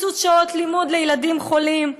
לקיצוץ שעות לימוד לילדים חולים?